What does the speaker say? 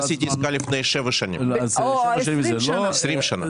אם עשיתי עסקה לפני שבע שנים, או לפני 20 שנים?